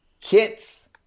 kits